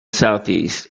southeast